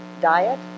diet